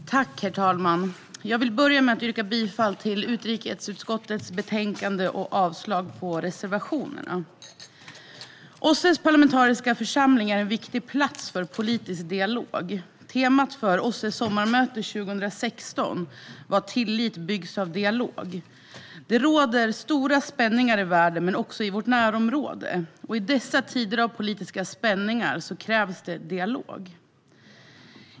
Organisationen för säkerhet och samar-bete i Europa Herr talman! Jag vill börja med att yrka bifall till utrikesutskottets förslag och avslag på reservationerna. OSSE:s parlamentariska församling är en viktig plats för politisk dialog. Temat för OSSE:s sommarmöte 2016 var Tillit byggs av dialog. Det råder stora spänningar i världen men också i vårt närområde, och i dessa tider av politiska spänningar krävs dialog.